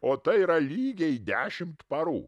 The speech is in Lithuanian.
o tai yra lygiai dešimt parų